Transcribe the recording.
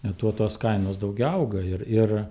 tuo tos kainos daugiau auga ir ir